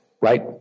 right